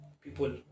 People